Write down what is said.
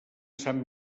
sant